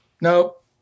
Nope